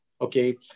okay